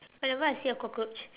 whenever I see a cockroach